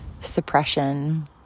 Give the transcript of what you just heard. suppression